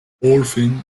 orphaned